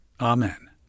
Amen